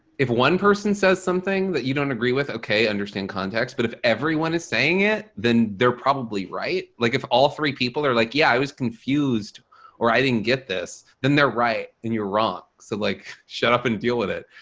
if one person says something that you don't agree with okay understand context, but if everyone is saying it, then they're probably right. like, if all three people are like, yeah i was confused or i didn't get this, then they're right and you're wrong. so like shut up and deal with it.